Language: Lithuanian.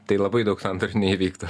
tai labai daug sandorių neįvyktų